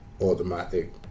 automatic